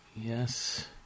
yes—